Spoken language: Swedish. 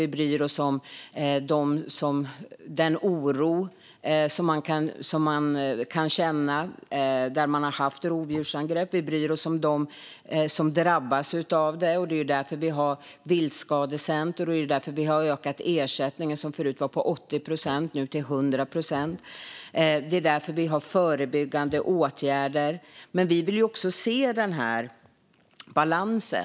Vi bryr oss om den oro man kan känna där man har haft rovdjursangrepp. Vi bryr oss om dem som drabbas. Det är därför vi har Viltskadecenter. Det är därför vi har ökat ersättningen som förut var på 80 procent till 100 procent. Det är därför vi har förebyggande åtgärder. Men vi vill också se den här balansen.